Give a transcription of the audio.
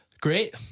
great